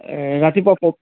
ৰাতিপুৱা প